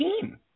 team